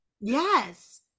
Yes